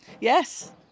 Yes